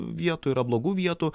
vietų yra blogų vietų